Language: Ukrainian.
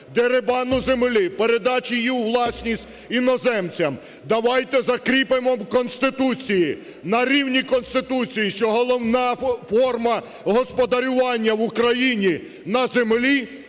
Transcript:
деребану землі, передачі її у власність іноземцям. Давайте закріпимо в Конституції, на рівні Конституції, що головна форма господарювання в Україні на землі –